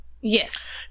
Yes